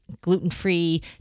gluten-free